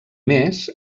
més